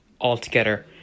altogether